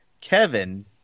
kevin